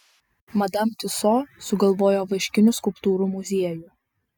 madam tiuso sugalvojo vaškinių skulptūrų muziejų